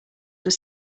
were